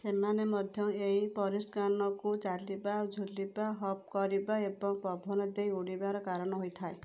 ସେମାନେ ମଧ୍ୟ ଏହି ପରିସକାନକୁ ଚାଲିବା ଝୁଲିବା ହପ୍ କରିବା ଏବଂ ପବନ ଦେଇ ଉଡ଼ିବାର କାରଣ ହେଇଥାଏ